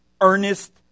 earnest